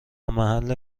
محل